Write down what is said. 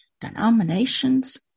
denominations